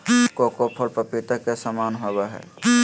cocoa फल पपीता के समान होबय हइ